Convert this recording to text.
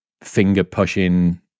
finger-pushing